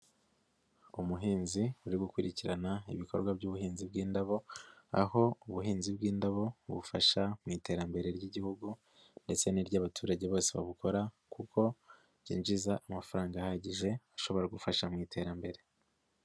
Umuhinzi uri gukurikirana ibikorwa by'ubuhinzi bw'indabo, aho ubuhinzi bw'indabo bufasha mu iterambere ry'Igihugu ndetse n'iry'abaturage bose babukora kuko byinjiza amafaranga ahagije, ashobora gufasha mu iterambere.